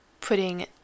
putting